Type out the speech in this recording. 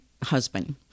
husband